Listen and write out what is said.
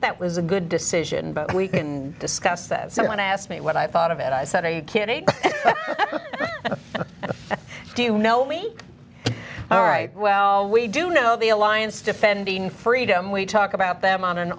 that was a good decision but we can discuss that someone asked me what i thought of and i said i can't do you know me all right well we do know the alliance defending freedom we talk about them on an